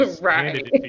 Right